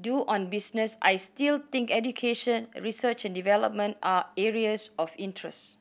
do on business I still think education research and development are areas of interest